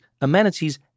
amenities